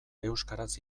euskaraz